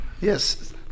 Yes